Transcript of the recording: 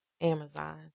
Amazon